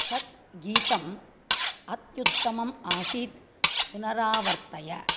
तत् गीतम् अत्युत्तमम् आसीत् पुनरावर्तय